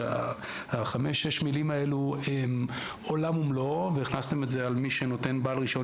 חמש-שש המילים האלה הן עולם ומלואו והכנסתם את זה על בעל רישיון